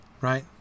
right